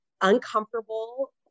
uncomfortable